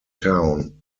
town